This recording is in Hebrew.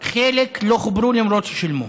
וחלק לא חוברו למרות ששילמו,